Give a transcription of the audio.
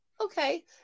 Okay